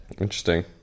Interesting